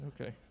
okay